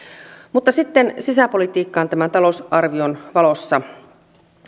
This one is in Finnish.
mutta sitten sisäpolitiikkaan tämän talousarvion valossa